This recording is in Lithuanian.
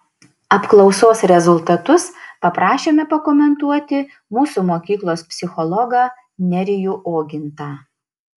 apklausos rezultatus paprašėme pakomentuoti mūsų mokyklos psichologą nerijų ogintą